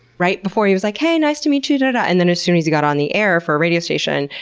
right before he was like, hey, nice to meet you, da da, and then as soon as he got on the air for a radio station,